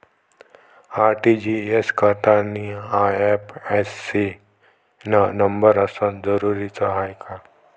RTGS करतांनी IFSC न number असनं जरुरीच हाय का?